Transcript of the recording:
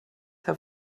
have